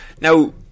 Now